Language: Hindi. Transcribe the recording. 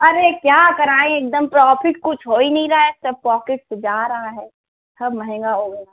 अरे क्या कराएँ एकदम प्रोफिट कुछ हो ही नहीं रहा है सब पोकेट से जा रहा है हर महिना